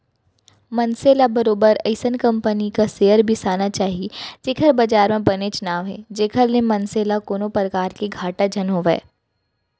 मनसे ल बरोबर अइसन कंपनी क सेयर बिसाना चाही जेखर बजार म बनेच नांव हे जेखर ले मनसे ल कोनो परकार ले घाटा झन होवय